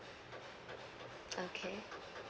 okay